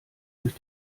durch